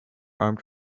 armed